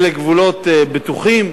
אלה גבולות בטוחים.